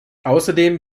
außerdem